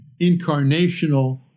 incarnational